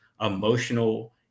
emotional